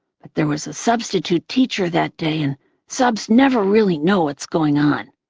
but there was a substitute teacher that day, and subs never really know what's going on.